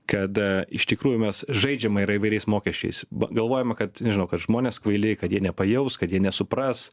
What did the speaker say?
kada iš tikrųjų mes žaidžiama yra įvairiais mokesčiais b galvojama kad nežinau kad žmonės kvaili kad jie nepajaus kad jie nesupras